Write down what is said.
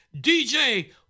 DJ